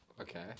Okay